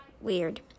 weird